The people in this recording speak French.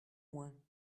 moins